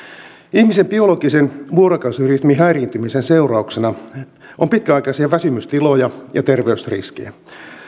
ihmisen biologisen vuorokausirytmin häiriintymisen seurauksena on pitkäaikaisia väsymystiloja ja terveysriskejä